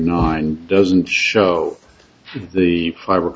nine doesn't show the fiber